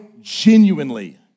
genuinely